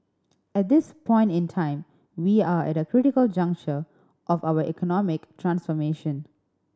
at this point in time we are at a critical juncture of our economic transformation